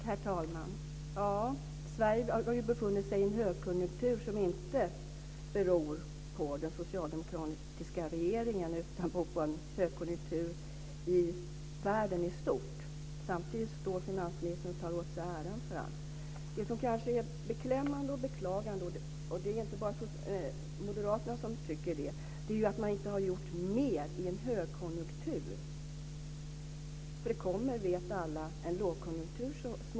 Herr talman! Ja, Sverige har befunnit sig i en högkonjunktur, som inte beror på den socialdemokratiska regeringen utan på en högkonjunktur i världen i stort. Samtidigt står finansministern här och tar åt sig äran av allt. Det som kanske är beklämmande och beklagansvärt - det är inte bara Moderaterna som tycker det - är att man inte har gjort mer i en högkonjunktur. Alla vet att det så småningom kommer en lågkonjunktur.